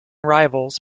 rivals